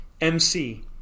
mc